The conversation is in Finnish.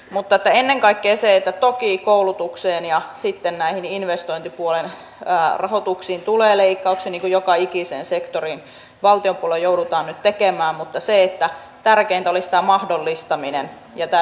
nykyisen lainsäädännön mukaan tämä toimitilat oy eli kunnan elinkeinoyhtiö ei voi saada enää investointiavustusta joka madaltaisi investointikynnystä ja houkuttelisi mahdollisesti lisää alihankkijoita ponssen ympärille